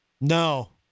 No